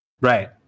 right